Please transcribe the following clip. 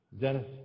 Dennis